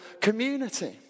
community